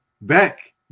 back